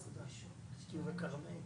הוא פונה לממונה,